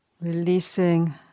releasing